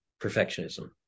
perfectionism